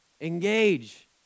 Engage